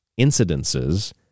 incidences